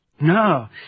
No